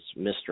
Mr